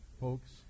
folks